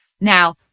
Now